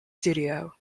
studio